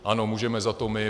Ano, můžeme za to my.